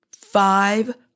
five